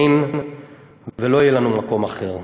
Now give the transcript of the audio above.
אין ולא יהיה לנו מקום אחר.